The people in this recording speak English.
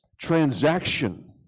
transaction